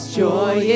joy